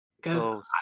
Go